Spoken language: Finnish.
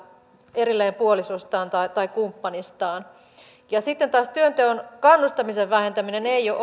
erilleen puolisostaan tai tai kumppanistaan ja sitten taas työnteon kannustamisen vähentäminen ei ole